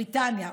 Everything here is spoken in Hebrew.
בריטניה,